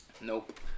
Nope